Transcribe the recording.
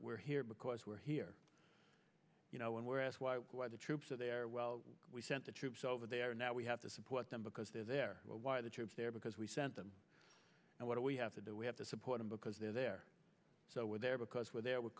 we're here because we're here you know when we're asked why the troops are there well we sent the troops over there now we have to support them because they're there why are the troops there because we sent them and what do we have to do we have to support them because they're there so we're there because we're there w